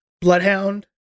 Bloodhound